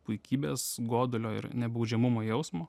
puikybės godulio ir nebaudžiamumo jausmo